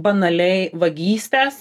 banaliai vagystės